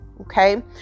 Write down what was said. Okay